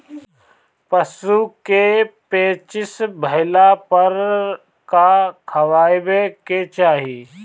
पशु क पेचिश भईला पर का खियावे के चाहीं?